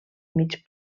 mig